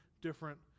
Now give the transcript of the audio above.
different